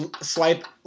swipe